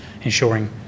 ensuring